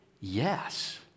Yes